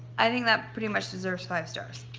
i think that pretty much deserves five stars.